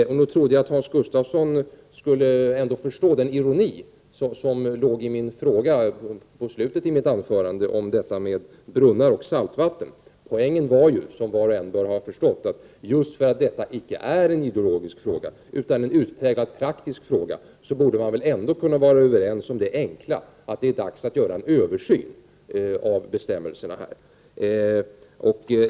Nog trodde jag ändå att Hans Gustafsson skulle förstå den ironi som låg i min fråga i slutet av mitt anförande angående brunnar och saltvatten. Poängen var ju, som var och en bör ha förstått, att man just för att detta icke är en ideologisk fråga utan en utpräglat praktisk fråga, ändå borde kunna vara överens om det enkla att det är dags att göra en 105 översyn av bestämmelserna.